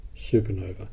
supernova